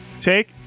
take